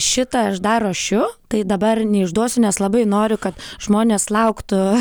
šitą aš dar ruošiu tai dabar neišduosiu nes labai noriu kad žmonės lauktų